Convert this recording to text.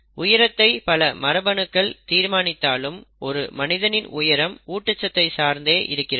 உயரத்தை பல மரபணுக்கள் தீர்மானித்தாலும் ஒரு மனிதனின் உயரம் ஊட்டச்சத்தை சார்ந்தே இருக்கிறது